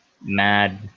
mad